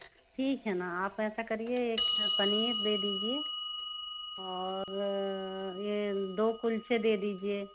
ठीक है ना आप ऐसा करिए एक पनीर दे दीजिए और ये दो कुलचे दे दीजिए